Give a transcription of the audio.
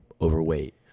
overweight